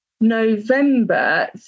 November